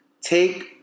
Take